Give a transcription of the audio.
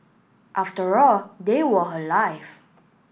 after all they were her life